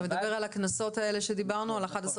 אתה מדבר על הקנסות שדיברנו עליהם?